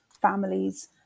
families